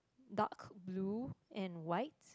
dark blue and white